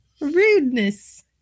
Rudeness